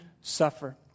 suffer